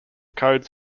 codes